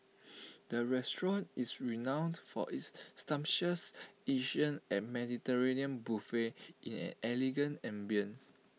the restaurant is renowned for its sumptuous Asian and Mediterranean buffet in an elegant ambience